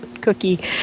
cookie